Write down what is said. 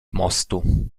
mostu